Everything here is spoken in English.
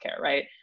right